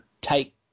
take